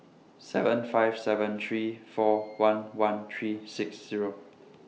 seven five seven three four one one three six Zero